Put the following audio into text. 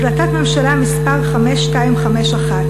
החלטת ממשלה מס' 5251,